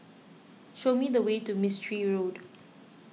show me the way to Mistri Road